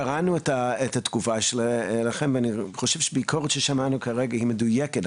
קראנו את התגובה שלכם ואני חושב שהביקורת ששמענו כאן כרגע היא מדויקת,